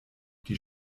die